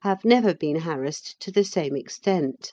have never been harassed to the same extent